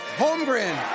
holmgren